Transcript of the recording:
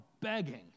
begging